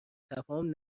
تفاهم